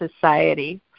society